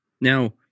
Now